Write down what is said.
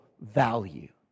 value